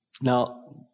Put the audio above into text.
Now